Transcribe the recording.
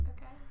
Okay